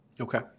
Okay